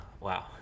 Wow